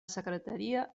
secretaria